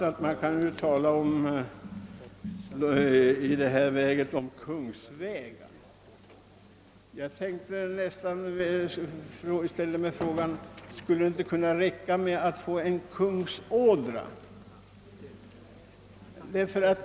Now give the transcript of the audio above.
Det har talats om en kungsväg, men jag undrar om det inte skulle räcka med en kungsådra.